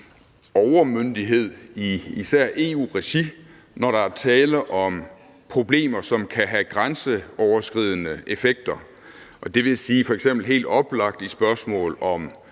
overmyndighed i især EU-regi, når der er tale om problemer, som kan have grænseoverskridende effekter. Det vil f.eks. sige, at vi helt oplagt i spørgsmål om